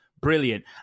Brilliant